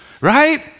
right